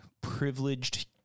privileged